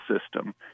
system